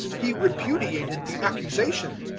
he repudiated the accusation.